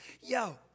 yo